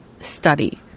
study